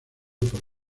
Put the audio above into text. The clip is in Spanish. por